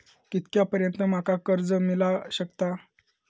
कितक्या पर्यंत माका कर्ज मिला शकता?